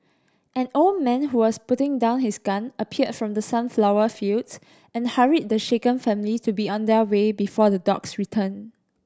an old man who was putting down his gun appeared from the sunflower fields and hurried the shaken family to be on their way before the dogs return